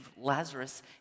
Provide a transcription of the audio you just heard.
Lazarus